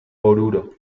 oruro